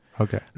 Okay